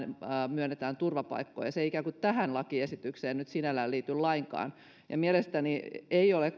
myönnetään turvapaikkoja se ei ikään kuin tähän lakiesitykseen nyt sinällään liity lainkaan ja mielestäni ei ole